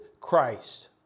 Christ